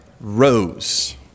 rose